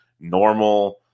normal